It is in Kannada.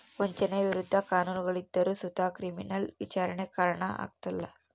ವಂಚನೆಯ ವಿರುದ್ಧ ಕಾನೂನುಗಳಿದ್ದರು ಸುತ ಕ್ರಿಮಿನಲ್ ವಿಚಾರಣೆಗೆ ಕಾರಣ ಆಗ್ಕಲ